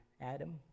Adam